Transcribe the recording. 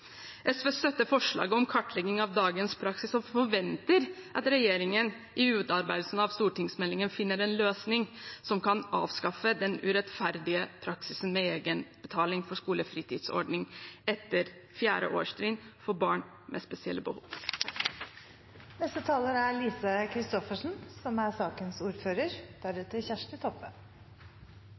SV støtter forslaget om kartlegging av dagens praksis og forventer at regjeringen i utarbeidelsen av stortingsmeldingen finner en løsning som kan avskaffe den urettferdige praksisen med egenbetaling for skolefritidsordning etter 4. årstrinn for barn med spesielle behov. For Arbeiderpartiet er det viktig å lytte til dem som